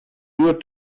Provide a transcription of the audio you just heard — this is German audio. nur